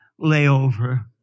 layover